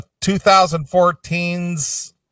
2014's